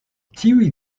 tiuj